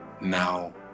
now